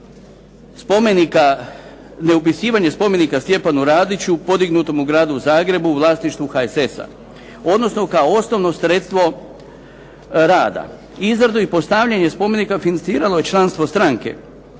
neupisivanje spomenika Stjepanu Radiću podignutom u gradu Zagrebu u vlasništvu HSS-a, odnosno kao osnovno sredstvo rada. Izradu i postavljanje spomenika financiralo je članstvo stranke,